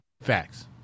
Facts